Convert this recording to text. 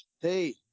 Hey